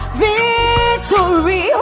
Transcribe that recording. victory